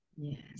Yes